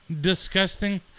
disgusting